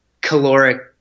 caloric